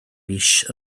mis